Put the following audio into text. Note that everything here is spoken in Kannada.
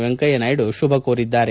ವೆಂಕಯ್ಯ ನಾಯ್ಡ ಶುಭ ಕೋರಿದ್ದಾರೆ